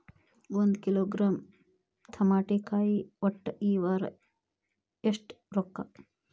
ಒಂದ್ ಕಿಲೋಗ್ರಾಂ ತಮಾಟಿಕಾಯಿ ಒಟ್ಟ ಈ ವಾರ ಎಷ್ಟ ರೊಕ್ಕಾ?